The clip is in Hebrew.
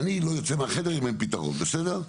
אני לא יוצא מהחדר אם אין פתרון, בסדר?